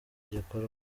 gikorwa